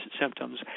symptoms